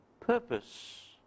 purpose